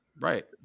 right